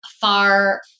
far